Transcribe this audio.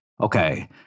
okay